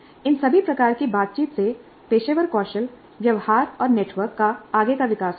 इन सभी प्रकार की बातचीत से पेशेवर कौशल व्यवहार और नेटवर्क का आगे का विकास होता है